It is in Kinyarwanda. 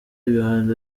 ibihano